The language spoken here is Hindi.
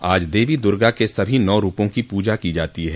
आज देवी दुर्गा के सभी नौ रूपों की पूजा की जाती है